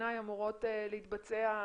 שבעיניי אמורות להתבצע מלמעלה,